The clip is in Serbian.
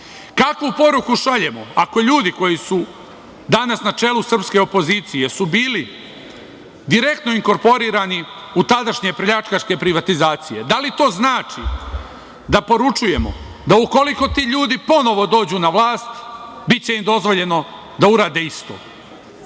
poruku šaljemo ako ljudi koji su danas na čelu srpske opozicije, jer su bili direktno inkorporirani u tadašnje pljačkaške privatizacije, da li to znači da poručujemo da ukoliko ti ljudi ponovo dođu na vlast biće im dozvoljeno da urade